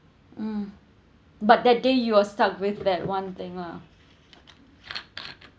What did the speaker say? mm but that day you was stuck with that one thing lah